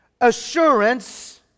assurance